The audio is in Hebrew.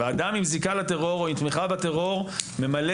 ואדם עם זיקה לטרור או עם תמיכה בטרור ממלא